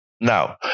now